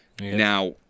now